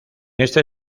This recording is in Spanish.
este